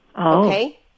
Okay